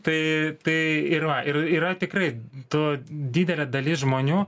tai tai ir va ir yra tikrai to didelė dalis žmonių